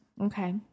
Okay